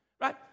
Right